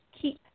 keep